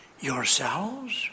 yourselves